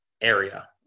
area